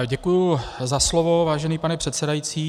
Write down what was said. Děkuji za slovo, vážený pane předsedající.